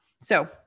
So-